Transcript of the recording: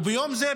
וביום זה,